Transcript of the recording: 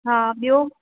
हा ॿियो